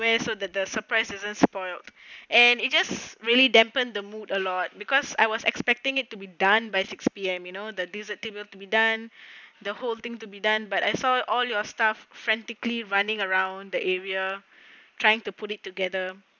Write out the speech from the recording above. where so that the surprise isn't spoiled and it just really dampened the mood a lot because I was expecting it to be done by six P_M you know the dessert table to be done the whole thing to be done but I saw all your stuff frantically running around the area trying to put it together